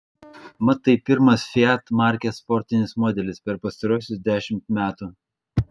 mat tai pirmas fiat markės sportinis modelis per pastaruosius dešimt metų